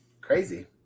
Crazy